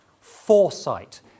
foresight